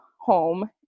home